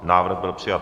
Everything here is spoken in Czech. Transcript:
Návrh byl přijat.